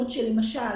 למשל,